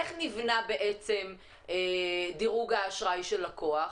איך נבנה דירוג האשראי של לקוח,